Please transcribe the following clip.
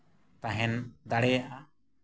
ᱛᱟᱦᱮᱱ ᱫᱟᱲᱮᱭᱟᱜᱼᱟ